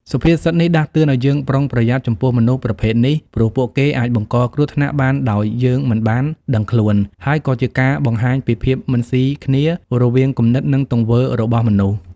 សុភាសិតនេះដាស់តឿនឱ្យយើងប្រុងប្រយ័ត្នចំពោះមនុស្សប្រភេទនេះ ព្រោះពួកគេអាចបង្កគ្រោះថ្នាក់បានដោយយើងមិនបានដឹងខ្លួន ហើយក៏ជាការបង្ហាញពីភាពមិនស៊ីគ្នារវាងគំនិត និងទង្វើរបស់មនុស្ស។